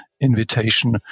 invitation